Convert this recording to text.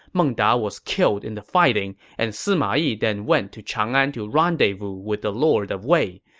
meng da was killed in the fighting, and sima yi then went to chang'an to rendezvous with the lord of wei.